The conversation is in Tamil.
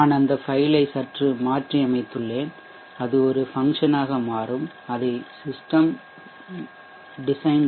நான் இந்த ஃபைல் ஐ சற்று மாற்றியமைத்தேன் அது ஒரு ஃபங்சனாக மாறும் அதை system design